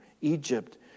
Egypt